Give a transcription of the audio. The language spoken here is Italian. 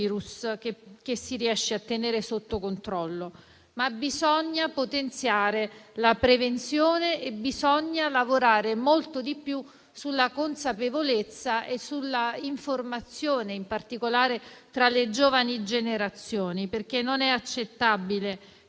che si riesce a tenere sotto controllo. Ma bisogna potenziare la prevenzione e bisogna lavorare molto di più sulla consapevolezza e sull'informazione, in particolare tra le giovani generazioni. Non è accettabile che